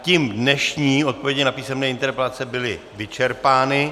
Tím byly dnešní odpovědi na písemné interpelace vyčerpány.